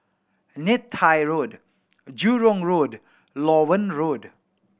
Neythai Road Jurong Road Loewen Road